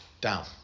down